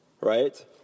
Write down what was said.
right